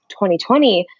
2020